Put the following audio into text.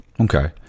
Okay